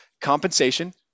compensation